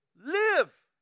live